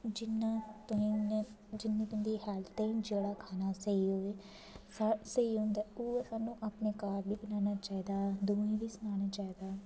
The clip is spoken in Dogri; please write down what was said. जि'यां तोहें जि'यां जि'यां तुं'दी हेल्थ ताहीं जेह्ड़ा खाना स्हेई होग स्हेई होंदा ऐ उ'ऐ सानूं अपने घर बी बनाना चाहिदा दूऐं बी सनाना चाहिदा